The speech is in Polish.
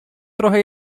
trochę